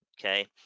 okay